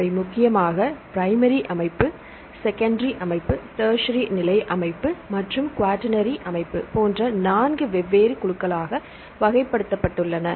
அவை முக்கியமாக பிரைமரி அமைப்பு செகண்டரி அமைப்பு டெர்சரி நிலை அமைப்பு மற்றும் குவாட்டர்னரி அமைப்பு போன்ற 4 வெவ்வேறு குழுக்களாக வகைப்படுத்தப்பட்டுள்ளன